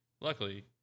luckily